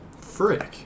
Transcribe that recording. Frick